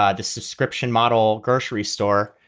ah the subscription model grocery store.